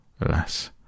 Alas